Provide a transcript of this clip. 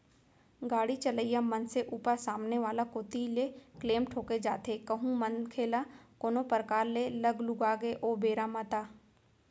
गाड़ी चलइया मनसे ऊपर सामने वाला कोती ले क्लेम ठोंके जाथे कहूं मनखे ल कोनो परकार ले लग लुगा गे ओ बेरा म ता